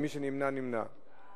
ומי שנמנע, נמנע.